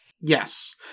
Yes